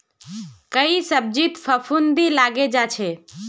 कई सब्जित फफूंदी लगे जा छे